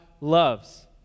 loves